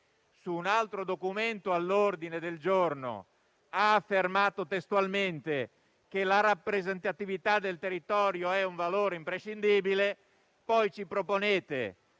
su un altro documento all'ordine del giorno, ha affermato che la rappresentatività del territorio è un valore imprescindibile. Oggi si propone